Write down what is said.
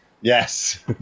Yes